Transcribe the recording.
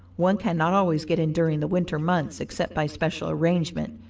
one cannot always get in during the winter months except by special arrangement.